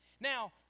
Now